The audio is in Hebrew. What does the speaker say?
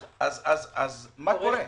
אז מה קורה?